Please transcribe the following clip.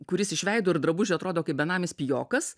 kuris iš veido ir drabužių atrodo kaip benamis pijokas